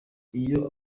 iyo